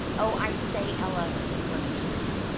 oh, i say, ella, he remonstrated,